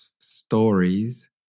stories